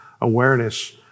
awareness